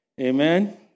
Amen